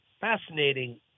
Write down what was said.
Fascinating